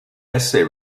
essay